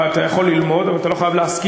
אתה יכול ללמוד, אבל אתה לא חייב להסכים.